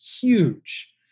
huge